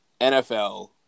NFL